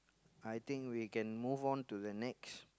I think we can move on to the next